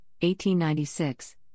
1896